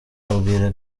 abwira